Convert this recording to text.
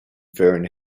fearing